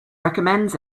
recommends